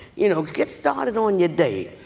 you know, get started on your day.